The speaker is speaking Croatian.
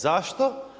Zašto?